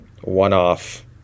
one-off